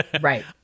right